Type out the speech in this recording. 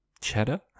cheddar